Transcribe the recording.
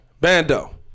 Bando